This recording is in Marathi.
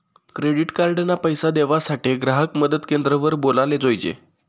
क्रेडीट कार्ड ना पैसा देवासाठे ग्राहक मदत क्रेंद्र वर बोलाले जोयजे